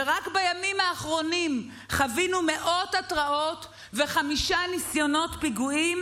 ורק בימים האחרונים חווינו מאות התרעות וחמישה ניסיונות פיגוע?